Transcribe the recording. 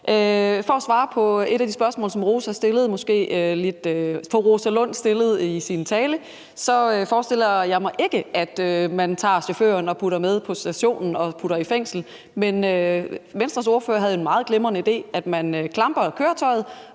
For at svare på et af de spørgsmål, som fru Rosa Lund stillede i sin tale, forestiller jeg mig ikke, at man tager chaufføren med på stationen og putter i fængsel. Men Venstres ordfører havde den meget glimrende idé, at man klamper køretøjet,